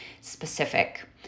specific